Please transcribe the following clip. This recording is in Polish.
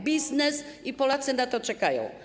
Biznes i Polacy na to czekają.